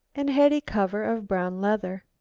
and had a cover of brown leather.